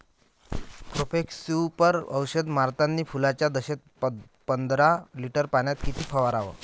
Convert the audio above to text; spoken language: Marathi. प्रोफेक्ससुपर औषध मारतानी फुलाच्या दशेत पंदरा लिटर पाण्यात किती फवाराव?